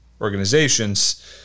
Organizations